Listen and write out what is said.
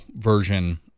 version